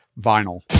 vinyl